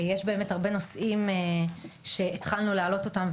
יש באמת הרבה נושאים שהתחלנו להעלות אותם,